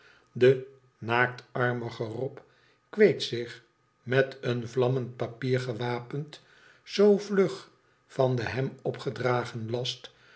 de naaktarmige rob kweet zich meteen vlammend papier gewapend zoo tjug van den hem opgedragen last